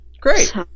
Great